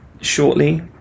shortly